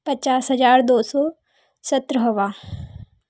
पचास हज़ार दो सौ सत्रहवाँ